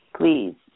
please